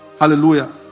Hallelujah